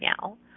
now